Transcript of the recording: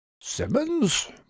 Simmons